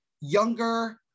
younger